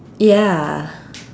ya